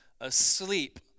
asleep